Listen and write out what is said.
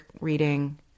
reading